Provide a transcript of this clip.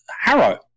Harrow